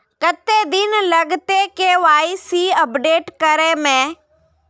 कते दिन लगते के.वाई.सी अपडेट करे में?